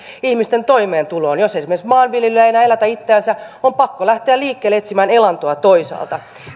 ihmisten toimeentuloon jos esimerkiksi maanviljelijä ei enää elätä itseänsä on pakko lähteä liikkeelle etsimään elantoa toisaalta